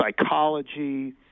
psychology